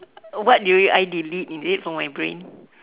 what do you I delete is it from my brain